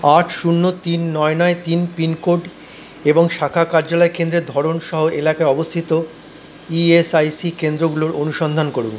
আট শূন্য তিন নয় নয় তিন পিনকোড এবং শাখা কার্যালয় কেন্দ্রের ধরন সহ এলাকায় অবস্থিত ই এস আই সি কেন্দ্রগুলোর অনুসন্ধান করুন